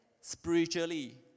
spiritually